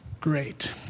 Great